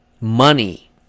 money